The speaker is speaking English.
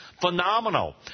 phenomenal